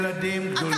ילדים גדולים.